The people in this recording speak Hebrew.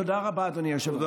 תודה רבה, אדוני היושב-ראש.